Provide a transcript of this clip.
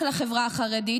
רק לחברה החרדית,